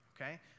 okay